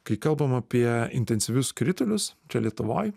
kai kalbam apie intensyvius kritulius čia lietuvoj